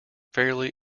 fairly